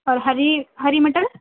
اور ہری ہری مٹر